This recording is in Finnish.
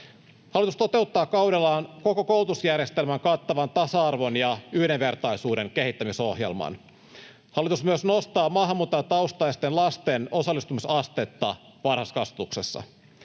Hallitus toteuttaa kaudellaan koko koulutusjärjestelmän kattavan tasa-arvon ja yhdenvertaisuuden kehittämisohjelman. Hallitus myös nostaa maahanmuuttajataustaisten lasten osallistumisastetta varhaiskasvatuksessa.